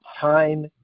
time